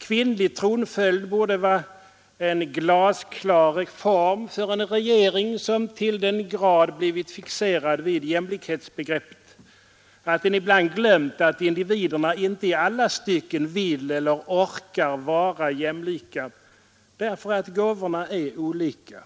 Kvinnlig tronföljd borde vara en glasklar reform ordning m.m. för en regering som till den grad blivit fixerad vid jämlikhetsbegreppet, att den ibland glömt att individerna inte i alla stycken vill eller orkar vara jämlika därför att gåvorna är olika.